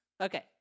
Okay